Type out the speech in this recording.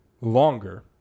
longer